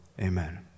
Amen